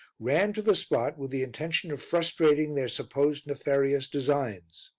ran to the spot with the intention of frustrating their supposed nefarious designs.